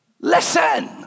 listen